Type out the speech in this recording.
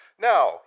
Now